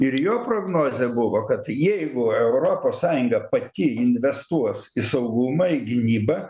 ir jo prognozė buvo kad jeigu europos sąjunga pati investuos į saugumą į gynybą